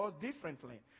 differently